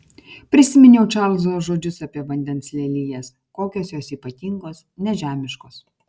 prisiminiau čarlzo žodžius apie vandens lelijas kokios jos ypatingos nežemiškos